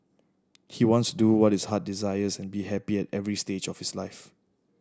he wants do what his heart desires and be happy at every stage of his life